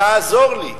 תעזור לי,